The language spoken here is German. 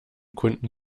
kunden